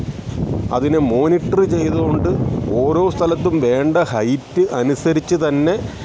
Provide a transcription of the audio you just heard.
അതിനെ മോണിറ്റർ ചെയ്തുകൊണ്ട് ഓരോ സ്ഥലത്തും വേണ്ട ഹൈറ്റ് അനുസരിച്ച് തന്നെ